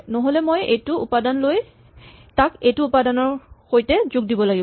নহ'লে মই এইটো উপাদান লৈ তাক এইটো উপাদানৰ সৈতে যোগ দিব লাগিব